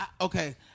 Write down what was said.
Okay